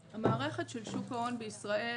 המערכת של שוק ההון בישראל,